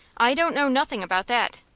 i don't know nothing about that.